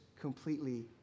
completely